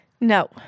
No